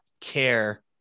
care